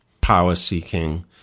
power-seeking